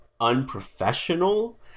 unprofessional